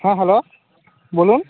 হ্যাঁ হ্যালো বলুন